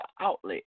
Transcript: outlet